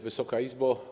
Wysoka Izbo!